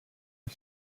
are